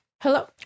hello